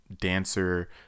dancer